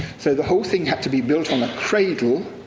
so the whole thing had to be built on a cradle